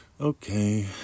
Okay